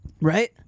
Right